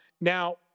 Now